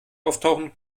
auftauchen